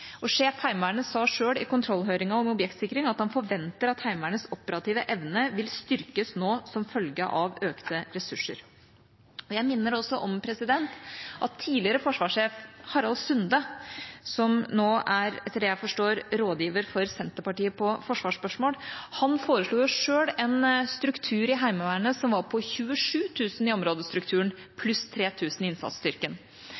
Sjef Heimevernet sa selv i kontrollhøringen om objektsikring at han forventer at Heimevernets operative evne vil styrkes nå som følge av økte ressurser. Jeg minner også om at tidligere forsvarssjef Harald Sunde, som nå er, etter det jeg forstår, rådgiver for Senterpartiet i forsvarsspørsmål, foreslo selv en struktur i Heimevernet som var på 27 000 i områdestrukturen,